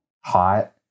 hot